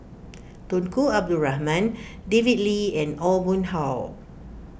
Tunku Abdul Rahman David Lee and Aw Boon Haw